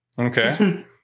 Okay